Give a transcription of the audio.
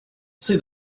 see